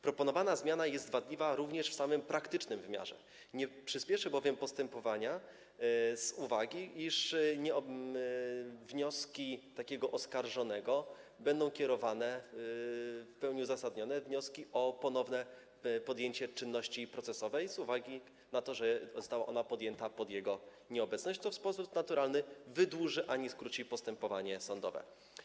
Proponowana zmiana jest wadliwa również w samym praktycznym wymiarze, nie przyspieszy bowiem postępowania z uwagi na to, iż będą kierowane wnioski takiego oskarżonego, w pełni uzasadnione wnioski o ponowne podjęcie czynności procesowej, z uwagi na to, że została ona podjęta pod jego nieobecność, co w sposób naturalny wydłuży, a nie skróci postępowanie sądowe.